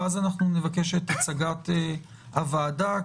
ואז נבקש את הצגת ועדת החריגים.